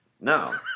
No